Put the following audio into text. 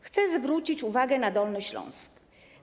Chcę zwrócić uwagę na Dolny Śląsk.